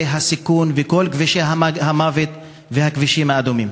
הסיכון ואת כל כבישי המוות והכבישים האדומים.